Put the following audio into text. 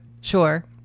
Sure